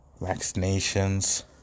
vaccinations